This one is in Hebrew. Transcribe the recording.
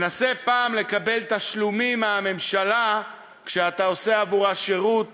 ונסה פעם אחת לקבל תשלומים מהממשלה כשאתה עושה בעבורה שירות